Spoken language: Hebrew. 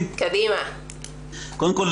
קודם כל,